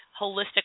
holistic